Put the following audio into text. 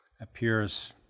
appears